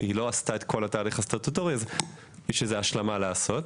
היא לא עשתה את כל התהליך הסטטוטורי ויש עוד השלמה לעשות.